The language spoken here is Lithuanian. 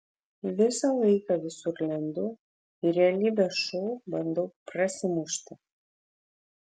visą laiką visur lendu į realybės šou bandau prasimušti